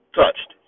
touched